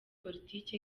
politiki